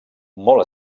molt